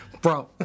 Bro